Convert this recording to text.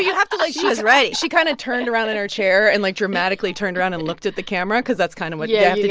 yeah have to, like. she is ready she kind of turned around in her chair and, like, dramatically turned around and looked at the camera because that's kind of what you yeah have